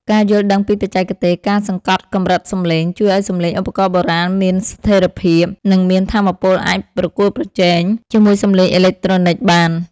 ការយល់ដឹងពីបច្ចេកទេស ការសង្កត់កម្រិតសំឡេង ជួយឱ្យសំឡេងឧបករណ៍បុរាណមានស្ថេរភាព និងមានថាមពលអាចប្រកួតប្រជែងជាមួយសំឡេងអេឡិចត្រូនិចបាន។